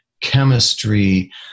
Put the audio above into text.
chemistry